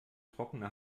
trockene